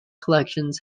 collections